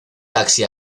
taxi